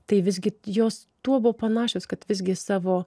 tai visgi jos tuo buvo panašios kad visgi savo